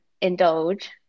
indulge